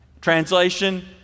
Translation